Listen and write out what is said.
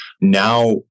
now